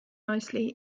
mostly